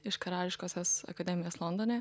iš karališkosios akademijos londone